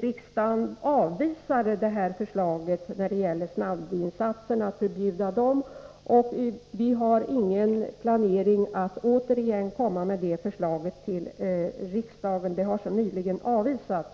Riksdagen avvisade det förslaget, och vi planerar inte att återigen komma med ett sådant förslag till riksdagen, eftersom det så nyligen har avvisats.